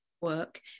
work